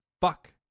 Fuck